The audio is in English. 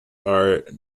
are